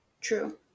true